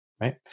Right